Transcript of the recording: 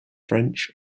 french